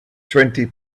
twenty